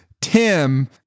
Tim